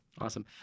Awesome